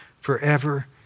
forever